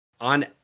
on